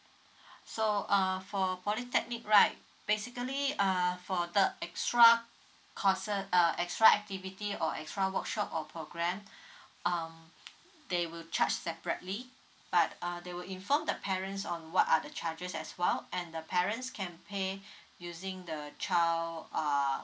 so err for polytechnic right basically err for the extra courses uh extra activity or extra workshop or program um they will charge separately but uh they will inform the parents on what are the charges as well and the parents can pay using the child err